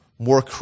more